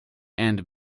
and